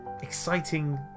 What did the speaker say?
exciting